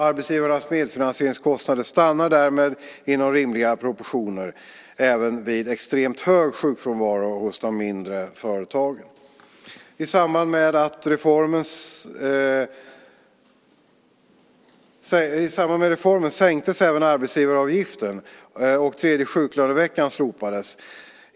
Arbetsgivarnas medfinansieringskostnader stannar därmed inom rimliga proportioner även vid extremt hög sjukfrånvaro hos det mindre företaget. I samband med reformen sänktes även arbetsgivaravgiften och tredje sjuklöneveckan slopades.